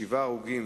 שבעה הרוגים.